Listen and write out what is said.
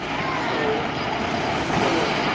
and so and so, like,